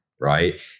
right